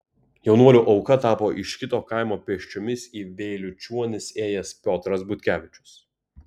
jaunuolių auka tapo iš kito kaimo pėsčiomis į vėliučionis ėjęs piotras butkevičius